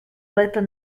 little